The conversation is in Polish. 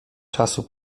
czasu